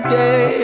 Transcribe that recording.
day